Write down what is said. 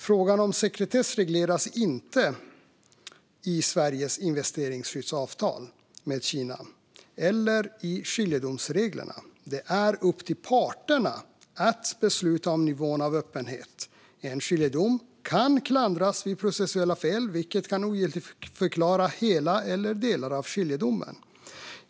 Frågan om sekretess regleras inte i Sveriges investeringsskyddsavtal med Kina eller i skiljedomsreglerna. Det är upp till parterna att besluta om nivån av öppenhet. En skiljedom kan klandras vid processuella fel, vilket kan ogiltigförklara hela eller delar av skiljedomen.